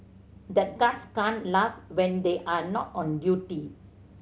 the guards can't laugh when they are not on duty